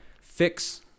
fix